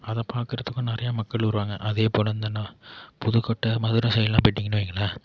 அதை பார்க்குறதுக்கும் நிறையா மக்கள் வருவாங்க அதேப்போல் இந்த நா புதுக்கோட்டை மதுரை சைடெலாம் போயிட்டிங்கன்னு வையுங்களேன்